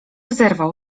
zerwał